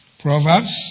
Proverbs